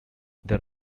there